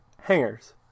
Hangers